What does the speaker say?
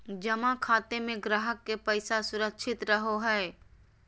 जमा खाते में ग्राहक के पैसा सुरक्षित रहो हइ